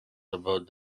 about